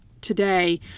today